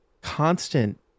Constant